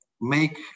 make